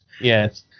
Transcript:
yes